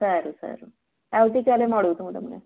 સારું સારું આવતીકાલે મળું તો હું તમને